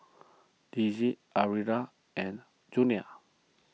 Dicie Alvira and Junia